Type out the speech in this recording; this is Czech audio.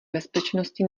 bezpečnosti